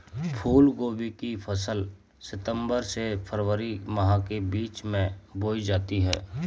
फूलगोभी की फसल सितंबर से फरवरी माह के बीच में बोई जाती है